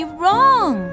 wrong